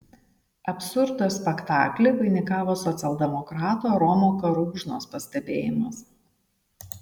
absurdo spektaklį vainikavo socialdemokrato romo karūžnos pastebėjimas